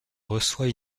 reçoit